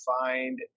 find